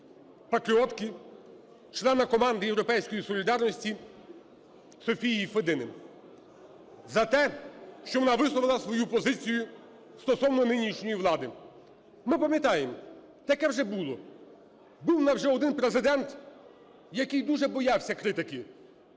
патріотки, члена команди "Європейської солідарності" Софії Федини, за те, що вона висловила свою позицію стосовно нинішньої влади. Ми пам'ятаємо, таке вже було. Був в нас вже один Президент, який дуже боявся критики.